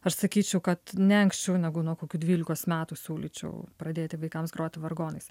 aš sakyčiau kad ne anksčiau negu nuo kokių dvylikos metų siūlyčiau pradėti vaikams groti vargonais